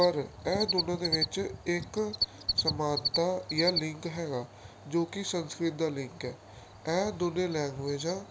ਪਰ ਇਹ ਦੋਨਾਂ ਦੇ ਵਿੱਚ ਇੱਕ ਸਮਾਨਤਾ ਜਾਂ ਲਿੰਕ ਹੈਗਾ ਜੋ ਕਿ ਸੰਸਕ੍ਰਿਤ ਦਾ ਲਿੰਕ ਹੈ ਇਹ ਦੋਵੇਂ ਲੈਂਗੁਏਜ ਆ